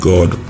God